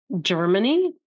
Germany